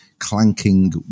clanking